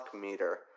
meter